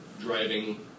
driving